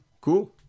cool